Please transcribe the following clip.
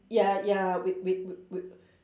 ya ya with with wi~ wi~